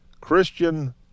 Christian